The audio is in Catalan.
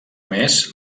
més